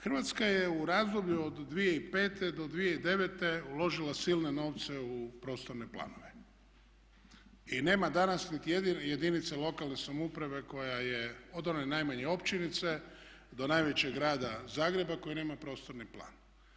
Hrvatska je u razdoblju od 2005. do 2009.uložila silne novce u prostorne planove i nema danas niti jedne jedinice lokalne samouprave koja je od one najmanje općinice do najvećeg Grada Zagreba koji nema prostorni plan.